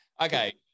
Okay